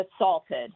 assaulted